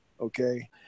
okay